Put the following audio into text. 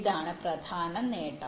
ഇതാണ് പ്രധാന നേട്ടം